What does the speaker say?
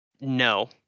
no